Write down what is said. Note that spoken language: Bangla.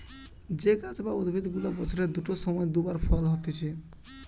যে গাছ বা উদ্ভিদ গুলা বছরের দুটো সময় দু বার ফল হতিছে